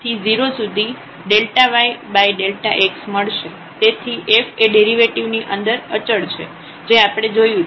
તેથી f એ derivative ની અંદર અચળ છે જે આપણે જોયું છે